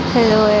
Hello